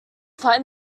find